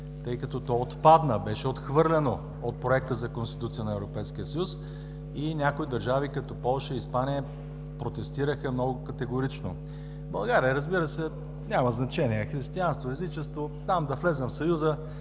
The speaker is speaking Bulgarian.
тъй като то отпадна, беше отхвърлено от проекта за Конституция на Европейския съюз и някои държави като Полша и Испания протестираха много категорично. В България, разбира се, няма значение християнство, езичество – да влезем в Съюза,